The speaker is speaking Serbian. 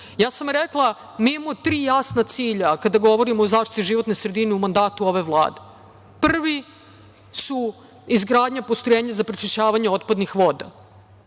sam – mi imao tri jasna cilja, kada govorimo o zaštiti životne sredine u mandatu ove Vlade. Prvi su izgradnja postrojenja za prečišćavanje otpadnih voda.